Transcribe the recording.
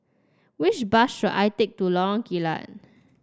which bus should I take to Lorong Kilat